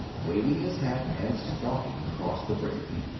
waving his hat and stalking across the bridge.